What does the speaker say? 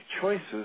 choices